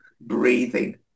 breathing